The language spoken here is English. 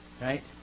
right